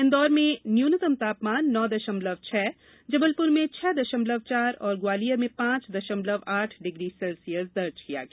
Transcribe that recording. इंदौर में न्यूनतम तापमान नौ दशमलव छह जबलपुर में दस दशमलव चार और ग्वालियर में पांच दशमलव आठ डिग्री सेल्सियस दर्ज किया गया